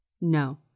No